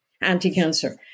Anti-cancer